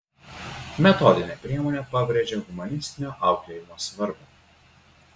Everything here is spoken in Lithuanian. metodinė priemonė pabrėžia humanistinio auklėjimo svarbą